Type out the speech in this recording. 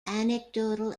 anecdotal